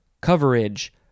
coverage